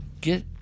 Get